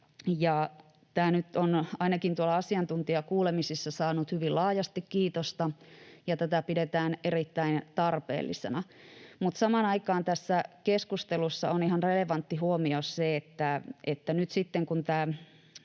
Tämä nyt on ainakin tuolla asiantuntijakuulemisissa saanut hyvin laajasti kiitosta, ja tätä pidetään erittäin tarpeellisena. Mutta samaan aikaan tässä keskustelussa on ihan relevantti huomio se, että nyt sitten, kun